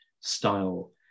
style